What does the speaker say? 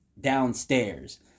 downstairs